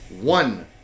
one